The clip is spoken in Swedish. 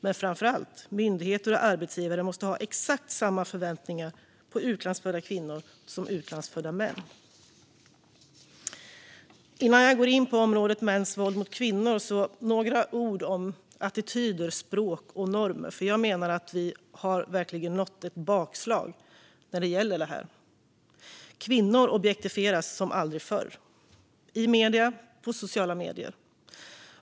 Men framför allt måste myndigheter och arbetsgivare ha exakt samma förväntningar på utlandsfödda kvinnor som på utlandsfödda män. Innan jag går in på området mäns våld mot kvinnor vill jag säga några ord om attityder, språk och normer. Jag menar nämligen att vi verkligen upplever ett bakslag när det gäller detta. Kvinnor objektifieras som aldrig förr i medier och i sociala medier.